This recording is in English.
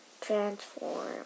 transform